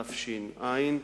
תש"ע,